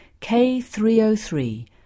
K303